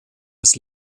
als